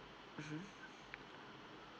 mmhmm